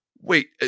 Wait